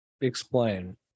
Explain